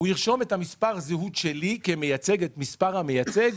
הוא ירשום את מספר הזהות שלי כמייצג את מספר המייצג,